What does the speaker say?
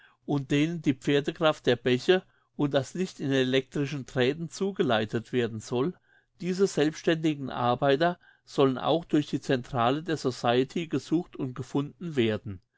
und denen die pferdekraft der bäche und das licht in elektrischen drähten zugeleitet werden soll diese selbstständigen arbeiter sollen auch durch die centrale der society gesucht und gefunden werden